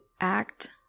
act